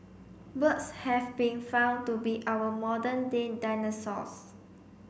birds have been found to be our modern day dinosaurs